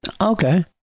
Okay